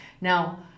Now